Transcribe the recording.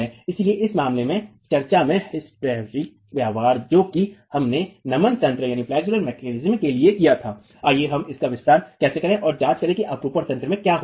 इसलिए इस मामले में चर्चा में हिस्टैरिकेटिक व्यवहार जो कि हमने नमन तंत्र के लिए किया था आइए हम इसका विस्तार करें और जांच करें कि अपरूपण तंत्र में क्या होता है